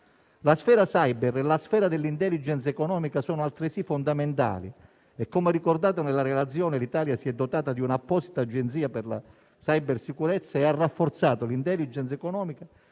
la sfera *cyber* e quella dell'*intelligence* economica sono altresì fondamentali e, come ricordato nella Relazione, l'Italia si è dotata di un'apposita Agenzia per la cybersicurezza e ha rafforzato l'*intelligence* economica